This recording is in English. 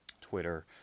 Twitter